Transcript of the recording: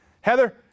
Heather